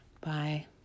bye